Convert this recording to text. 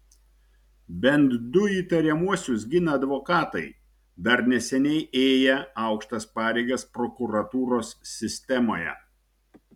bent du įtariamuosius gina advokatai dar neseniai ėję aukštas pareigas prokuratūros sistemoje